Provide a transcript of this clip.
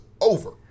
over